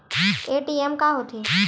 ATM का होथे?